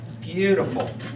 Beautiful